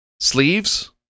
sleeves